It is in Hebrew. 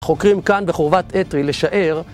חוקרים כאן בחורבת עתרי לשער